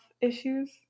issues